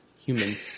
Humans